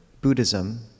Buddhism